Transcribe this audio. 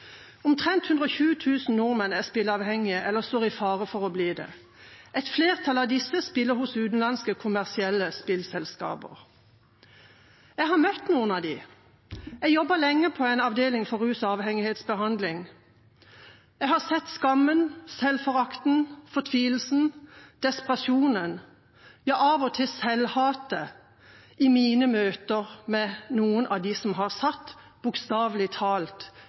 Omtrent 120 000 nordmenn er spilleavhengige eller står i fare for å bli det. Et flertall av disse spiller hos utenlandske, kommersielle spillselskaper. Jeg har møtt noen av dem. Jeg jobbet lenge på en avdeling for rus- og avhengighetsbehandling. Jeg har sett skammen, selvforakten, fortvilelsen, desperasjonen – ja, av og til selvhatet – i mine møter med noen av dem som bokstavelig talt har satt